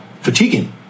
fatiguing